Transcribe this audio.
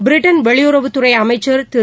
பிட்டன் வெளியுறவு துறைஅமைச்சர் திரு